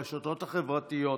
ברשתות החברתיות,